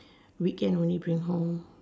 weekend only bring home